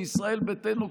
מישראל ביתנו,